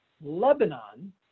Lebanon